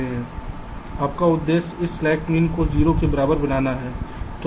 आपका उद्देश्य इस स्लैक मीन को 0 के बराबर बनाना है